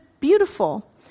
beautiful